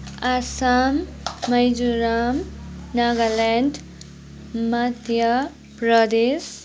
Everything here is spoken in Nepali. आसाम मिजोराम नागाल्यान्ड मध्य प्रदेश